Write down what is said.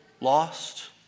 lost